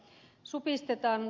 mutta kuten ed